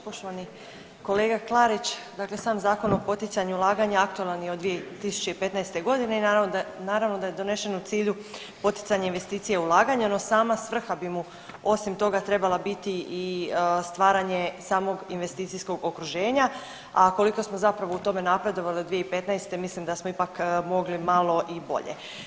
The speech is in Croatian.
Poštovani kolega Klarić, dakle sam Zakon o poticanju ulaganja aktualan je od 2015.g. i naravno da je donesen u cilju poticanja investicije ulaganja, no sama svrha bi mu osim toga trebala biti i stvaranje samog investicijskog okruženja, a koliko smo zapravo u tome napredovali od 2015. mislim da smo ipak mogli malo i bolje.